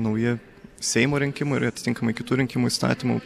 nauja seimo rinkimų ir atitinkamai kitų rinkimų įstatymų